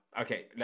okay